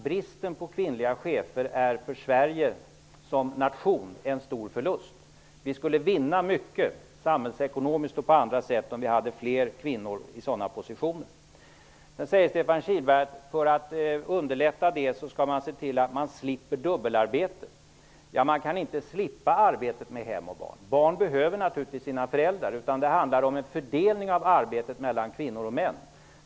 Bristen på kvinnliga chefer är en stor förlust för Sverige som nation. Vi skulle vinna mycket, samhällsekonomiskt och på annat sätt, om vi hade fler kvinnor på sådana positioner. Vidare säger Stefan Kihlberg att för att underlätta för kvinnor och män skall de få slippa dubbelarbete. Man kan inte slippa arbetet med hem och barn. Barnen behöver naturligtvis sina föräldrar. Det handlar om fördelningen av arbetet mellan kvinnor och män.